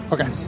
Okay